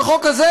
בחוק הזה,